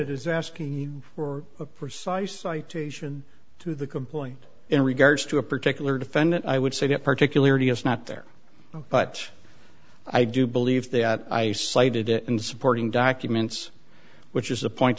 is asking for a precise citation to the complaint in regards to a particular defendant i would say that particularly it's not there but i do believe that i cited it in supporting documents which is a point